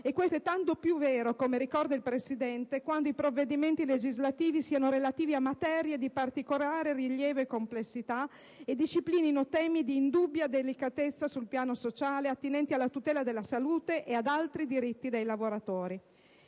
Questo è tanto più vero quando, come ricorda il Presidente, i «provvedimenti legislativi» siano «relativi a materie di particolare rilievo e complessità» e «disciplinino temi di indubbia delicatezza sul piano sociale, attinenti alla tutela della salute e di altri diritti dei lavoratori».